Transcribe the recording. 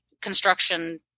construction